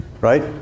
right